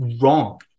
wrong